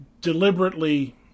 deliberately